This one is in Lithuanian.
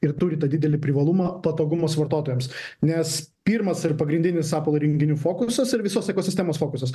ir turi tą didelį privalumą patogumas vartotojams nes pirmas ir pagrindinis apple įrenginių fokusas ir visos ekosistemos fokusas